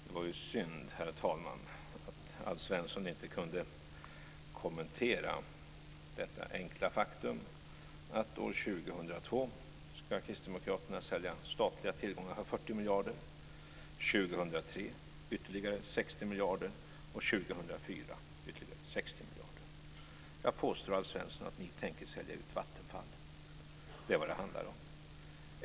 Herr talman! Det var ju synd att inte Alf Svensson kunde kommentera det enkla faktum att Kristdemokraterna år 2002 ska sälja statliga tillgångar för 40 miljarder kronor. 2003 ska man sälja för ytterligare 60 miljarder och 2004 för ytterligare 60 miljarder. Jag påstår, Alf Svensson, att ni tänker sälja ut Vattenfall. Det är vad det handlar om.